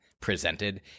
presented